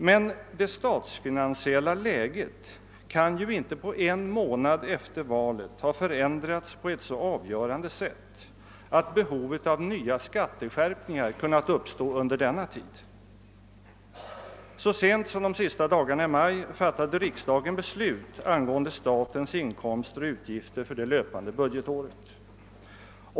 Men det statsfinansiella läget kan inte på en månad efter valet ha förändrats på ett så avgörande sätt, att behovet av nya skattehöjningar kunnat uppstå under denna tid. Så sent som de sista dagarna i maj fattade riksdagen beslut angående statens inkomster och utgifter för det löpande budgetåret.